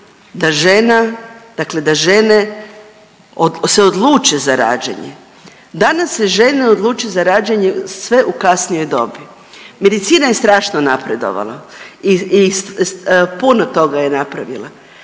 da žene se odluče za rađanje. Danas se žene odluče za rađanje sve u kasnijoj dobi. Medicina je strašno napredovala i puno toga je napravila,